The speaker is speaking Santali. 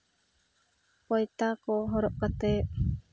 ᱯᱚᱭᱛᱟ ᱠᱚ ᱦᱚᱨᱚᱜ ᱠᱟᱛᱮ